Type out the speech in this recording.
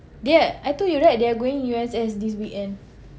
they I told you right they are going U_S_S this weekend